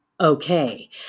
Okay